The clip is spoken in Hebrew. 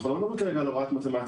אנחנו לא מדברים כרגע על הוראת מתמטיקה.